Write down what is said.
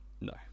No